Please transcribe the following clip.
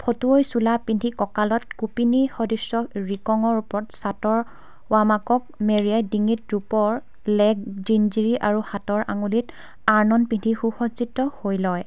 ফটৈ চোলা পিন্ধি কঁকালত কোপিনী সদৃশ্য ৰিকঙৰ ওপৰত চাটৰ ওৱামাকক মেৰিয়াই ডিঙিত ৰূপৰ লেক জিনজিৰি আৰু হাতৰ আঙুলিত আৰনন পিন্ধি সু সজ্জিত হৈ লয়